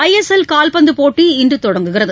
ஐ S L கால்பந்து போட்டி இன்று தொடங்குகிறது